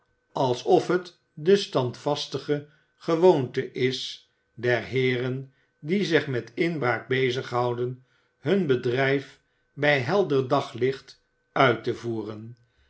alsof het de standvastige gewoonte is der heeren die zich met inbraak bezig houden hun bedrijf bij helder daglicht uit te voeren